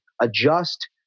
adjust